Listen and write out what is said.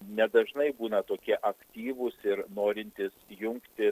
nedažnai būna tokie aktyvūs ir norintys jungtis